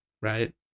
right